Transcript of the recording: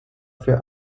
für